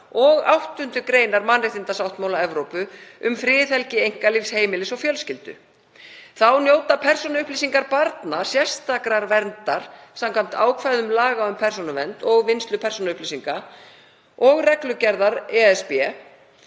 og 8. gr. mannréttindasáttmála Evrópu um friðhelgi einkalífs, heimilis og fjölskyldu. Þá njóta persónuupplýsingar barna sérstakrar verndar samkvæmt ákvæðum laga um persónuvernd og vinnslu persónuupplýsinga og reglugerðar ESB.